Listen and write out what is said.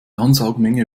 ansaugmenge